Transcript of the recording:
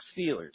Steelers